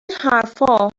حرفها